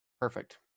Perfect